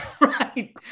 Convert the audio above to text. Right